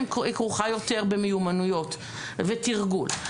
היא כרוכה יותר במיומנויות ותרגול.